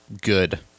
good